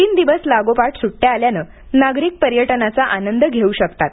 तीन दिवस लागोपाठ सुड्ट्या आल्यानं नागरिक पर्यटनांचा आनंद घेऊ शकतात